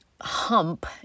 hump